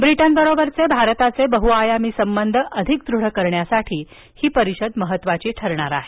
ब्रिटनबरोबरचे भारताचे बहुआयामी संबंध आणखी दृढ करण्यासाठी ही परिषद महत्वाची ठरणार आहे